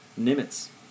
Nimitz